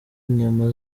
inyama